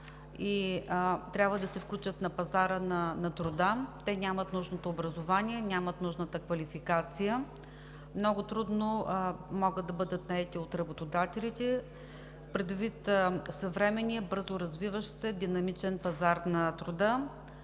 трябва да се включат на пазара на труда, нямат нужното образование и квалификация. Много трудно могат да бъдат наети от работодателите. Предвид на съвременния бързоразвиващ се, динамичен пазар на труда,